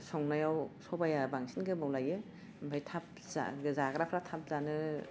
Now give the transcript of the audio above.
संनायाव साबाइआ बांसिन गोबाव लायो ओमफाय थाब जा जाग्राफ्रा थाब जानो